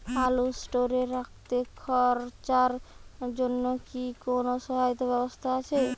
আলু স্টোরে রাখতে খরচার জন্যকি কোন সহায়তার ব্যবস্থা আছে?